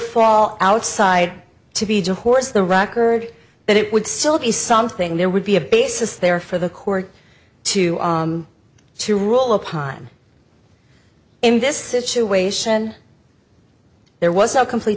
all outside to be to horse the record that it would still be something there would be a basis there for the court to to rule upon in this situation there was no complete